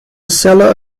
cellar